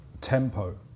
tempo